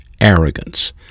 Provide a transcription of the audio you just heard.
arrogance